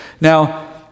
Now